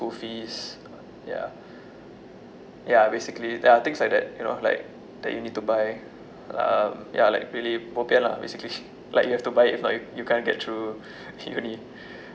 school fees ya ya basically ya things like that you know like that you need to buy um ya like really bobian lah basically like you have to buy if not you can't get through uni